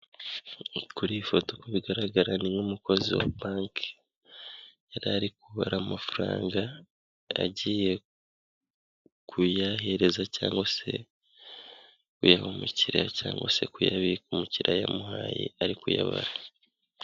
Kuri iyi foto uko bigaragara ni nk'umukozi wa banki yari ari kubara amafaranga agiye kuyahereza cyangwa se kuyaha umukiriya cyangwa se kuyabika, umukiriya ayamuhaye ari kuyabara,